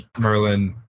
Merlin